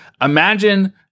imagine